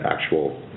actual